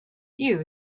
you